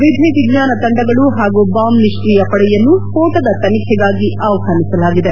ವಿಧಿವಿಜ್ಞಾನ ತಂಡಗಳು ಹಾಗೂ ಬಾಂಬ್ ನಿಷ್ಠಿಯ ಪಡೆಯನ್ನು ಸ್ಪೋಟದ ತನಿಖೆಗಾಗಿ ಆಹ್ವಾನಿಸಲಾಗಿದೆ